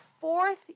fourth